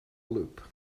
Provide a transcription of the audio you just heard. loop